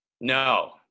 No